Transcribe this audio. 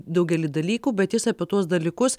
daugelį dalykų bet jis apie tuos dalykus